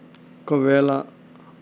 ఒకవేళ